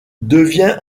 devient